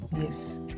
Yes